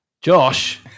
Josh